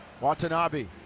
Watanabe